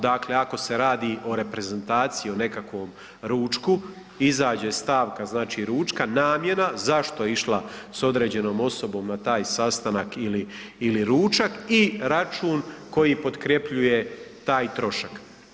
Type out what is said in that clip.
Dakle, ako se radi o reprezentaciji o nekakvom ručku, izađe stavka znači ručka, namjena zašto je išla s određenom osobom na taj sastanak ili ručak i račun koji potkrepljuje taj trošak.